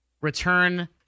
return